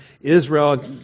Israel